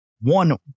One